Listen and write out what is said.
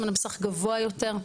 זמן מסך גבוה יותר,